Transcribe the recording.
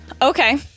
Okay